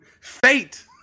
Fate